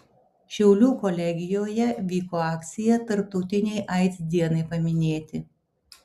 šiaulių kolegijoje vyko akcija tarptautinei aids dienai paminėti